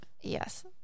yes